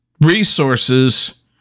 resources